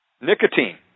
nicotine